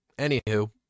anywho